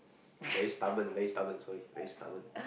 very stubborn very stubborn sorry very stubborn